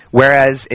whereas